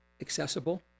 accessible